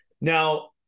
Now